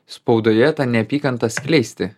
spaudoje tą neapykantą skleisti